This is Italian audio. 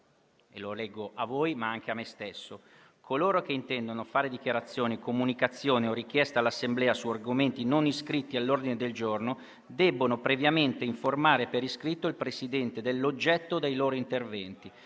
Lo leggo a voi, ma anche a me stesso: «Coloro che intendono fare dichiarazioni, comunicazioni o richieste all'Assemblea su argomenti non iscritti all'ordine del giorno, debbono previamente informare per iscritto il Presidente dell'oggetto dei loro interventi